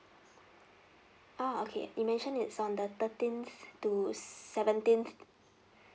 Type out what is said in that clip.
oh okay you mentioned it's on the thirteenth to seventeenth